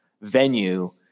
venue